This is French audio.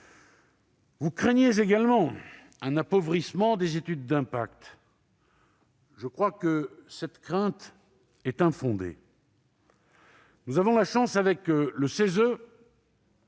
Vous craignez également un appauvrissement des études d'impact. Je crois que cette crainte est infondée. Avec le CESE,